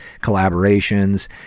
collaborations